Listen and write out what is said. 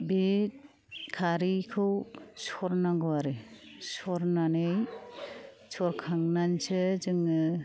बे खारैखौ सरनांगौ आरो सरनानै सरखांनानैसो जोङो